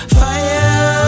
fire